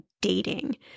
dating